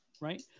Right